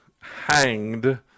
hanged